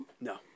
No